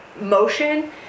motion